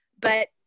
but-